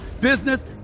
business